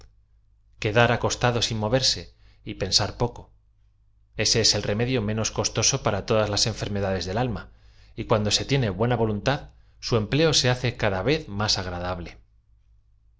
quedar acostado ein moverse y pecaar poco ese es el remedio menos costo ao para todaa las enfermedades del alma y cuando ae cieñe buena voluntad su em pleo se hace cada v e z máa agradable